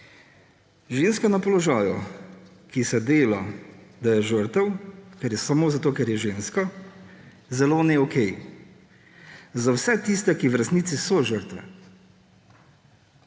»Ženska na položaju, ki se dela, da je žrtev samo zato, ker je ženska, zelo ne okej, za vse tiste, ki v resnici so žrtve.«